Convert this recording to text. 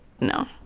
no